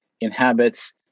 inhabits